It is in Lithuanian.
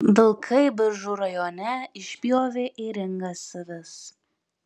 vilkai biržų rajone išpjovė ėringas avis